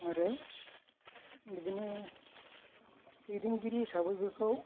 आरो बिदिनो दैदेनगिरि हिसाबै बेखौ